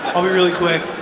i'll be really quick.